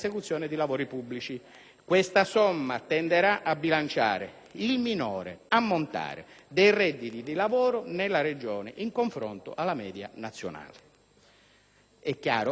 «Questa somma tenderà a bilanciare il minore ammontare dei redditi di lavoro nella Regione in confronto alla media nazionale».